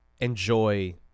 enjoy